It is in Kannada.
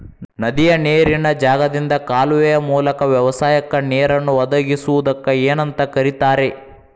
ನದಿಯ ನೇರಿನ ಜಾಗದಿಂದ ಕಾಲುವೆಯ ಮೂಲಕ ವ್ಯವಸಾಯಕ್ಕ ನೇರನ್ನು ಒದಗಿಸುವುದಕ್ಕ ಏನಂತ ಕರಿತಾರೇ?